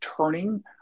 turning